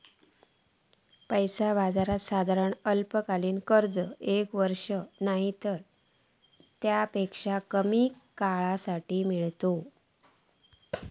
पैसा बाजारात साधारण अल्पकालीन कर्ज एक वर्ष नायतर तेच्यापेक्षा कमी काळासाठी मेळता